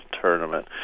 tournament